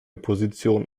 position